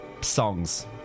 Songs